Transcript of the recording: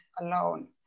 alone